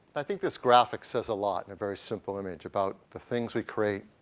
i think this graphic says a lot in a very simple image about the things we create,